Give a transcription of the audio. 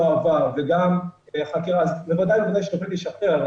עבר אז בוודאי ובוודאי שהשופט ישחרר.